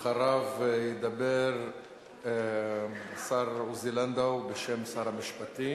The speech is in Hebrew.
אחריו ידבר השר עוזי לנדאו, בשם שר המשפטים,